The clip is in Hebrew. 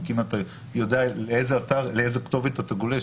אם אתה יודע לאיזה כתובת אתה גולש,